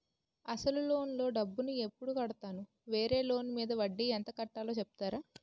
అసలు లోన్ లో కొంత డబ్బు ను ఎప్పుడు కడతాను? వేరే లోన్ మీద వడ్డీ ఎంత కట్తలో చెప్తారా?